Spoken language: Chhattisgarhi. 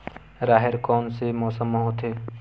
राहेर कोन से मौसम म होथे?